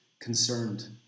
concerned